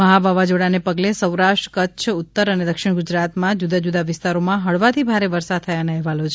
મહા વાવાઝોડાને પગલે સૌરાષ્ટ્ર કચ્છ ઉત્તર અને દક્ષિણ ગુજરાતમાં જુદા જુદા વિસ્તારોમાં હળવાથી ભારે વરસાદ થયાના અહેવાલો છે